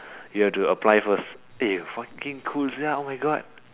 you have to apply first eh fucking cool sia oh my god